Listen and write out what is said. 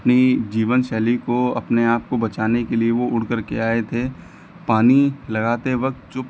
अपनी जीवन शैली को अपने आप को बचाने के लिए वह उड़ कर के आए थे पानी लगाते वक्त जो